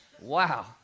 Wow